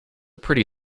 pretty